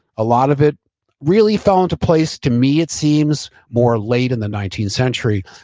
a lot of it really fell into place to me it seems more late in the nineteenth century,